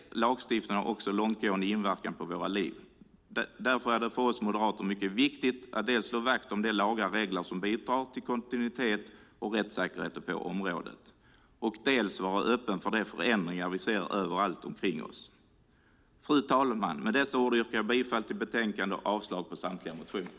Lagstiftningen har också långtgående inverkan på våra liv. Därför är det för oss moderater viktigt att dels slå vakt om de lagar och regler som bidrar till kontinuitet och rättssäkerhet på området, dels vara öppna för de förändringar vi ser överallt omkring oss. Fru talman! Med dessa ord yrkar jag bifall till förslaget i betänkandet och avslag på samtliga motioner.